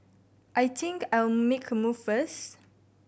I think I'll make a move first